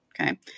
Okay